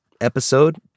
episode